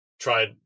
tried